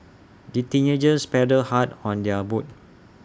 the teenagers paddled hard on their boat